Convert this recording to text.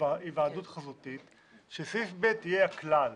היוועדות חזותית, שסעיף (ב) יהיה הכלל,